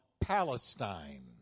Palestine